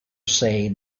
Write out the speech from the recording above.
say